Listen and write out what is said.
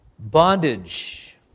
bondage